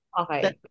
Okay